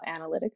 analytics